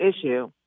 issue